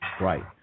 right